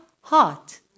heart